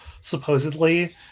supposedly